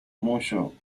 mucho